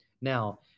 Now